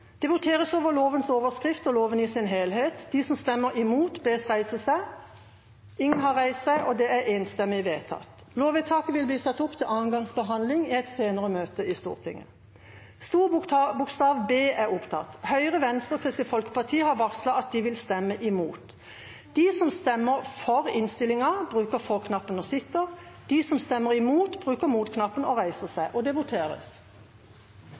Det voteres over lovens overskrift og loven i sin helhet. Lovvedtaket vil bli satt opp til andre gangs behandling i et senere møte i Stortinget. Videre var innstilt: Høyre, Venstre og Kristelig Folkeparti har varslet at de vil stemme imot. Sakene nr. 11 og